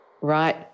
Right